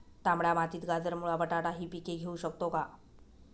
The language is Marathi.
तांबड्या मातीत गाजर, मुळा, बटाटा हि पिके घेऊ शकतो का?